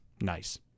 Nice